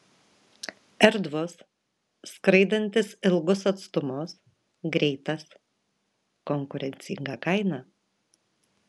erdvus skraidantis ilgus atstumus greitas konkurencinga kaina